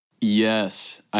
Yes